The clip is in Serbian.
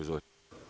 Izvolite.